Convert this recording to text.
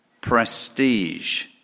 Prestige